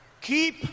Keep